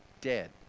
dead